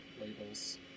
labels